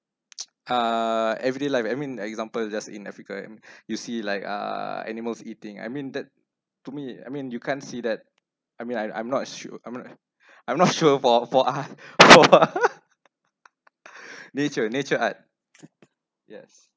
uh everyday life I mean example just in a africa right you see like err animals eating I mean that to me I mean you can't see that I mean I'm I'm not sure I'm not I'm not sure for for art for for nature nature art yes